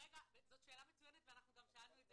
זאת שאלה מצוינת ואנחנו גם שאלנו את זה